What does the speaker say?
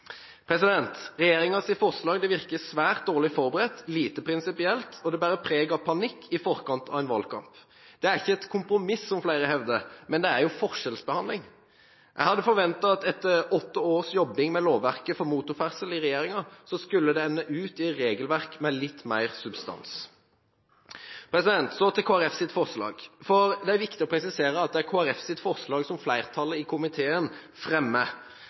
forslag virker svært dårlig forberedt, lite prinsipielt, og det bærer preg av panikk i forkant av en valgkamp. Det er ikke et kompromiss, som flere hevder, men det er jo forskjellsbehandling. Jeg hadde forventet at etter åtte års jobbing med lovverket for motorferdsel i regjeringen, skulle det ende ut i et regelverk med litt mer substans. Så til Kristelig Folkepartis forslag. Det er viktig å presisere at det er Kristelig Folkepartis forslag som flertallet i komiteen fremmer.